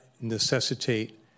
necessitate